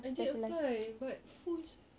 I did apply but full s~